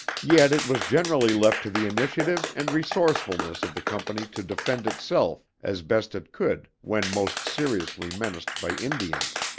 yet it was generally left to the initiative and resourcefulness of the company to defend itself as best it could when most seriously menaced by indians.